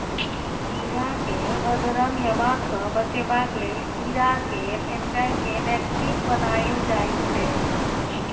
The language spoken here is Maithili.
कीरा केँ बदरंग हेबा सँ बचेबाक लेल कीरा केर एंजाइम केँ इनेक्टिब बनाएल जाइ छै